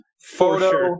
photo